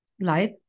life